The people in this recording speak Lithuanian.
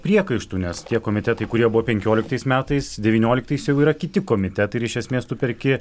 priekaištų nes tie komitetai kurie buvo penkioliktais metais devynioliktais jau yra kiti komitetai ir iš esmės tu perki